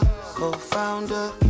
co-founder